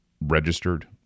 registered